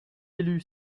élu